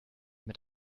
mit